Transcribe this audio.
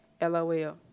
LOL